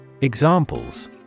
Examples